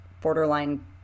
borderline